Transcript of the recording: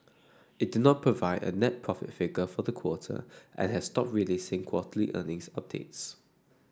it did not provide a net profit figure for the quarter and has stopped releasing quarterly earnings updates